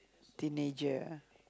teenager ah